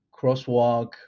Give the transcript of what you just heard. crosswalk